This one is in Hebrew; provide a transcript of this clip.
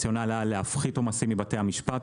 הרציונל היה להפחית עומסים מבתי המשפט.